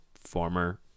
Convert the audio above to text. former